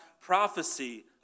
prophecy